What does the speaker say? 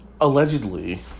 allegedly